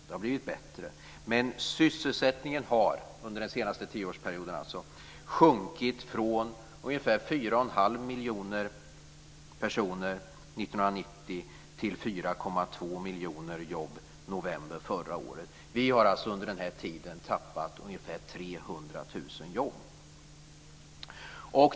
Det har blivit bättre, men sysselsättningen har sjunkit från ungefär 4 1⁄2 miljoner jobb 1990 till 4,2 miljoner jobb i november förra året.